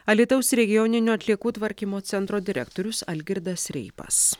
alytaus regioninio atliekų tvarkymo centro direktorius algirdas reipas